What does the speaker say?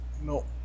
no